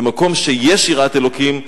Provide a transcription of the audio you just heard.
במקום שיש יראת אלוקים,